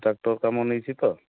tractor କାମ ନେଇଛି ତ